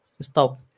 stop